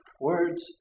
words